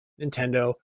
Nintendo